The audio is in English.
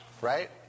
right